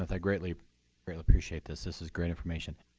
i greatly greatly appreciate this. this is great information.